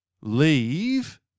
Leave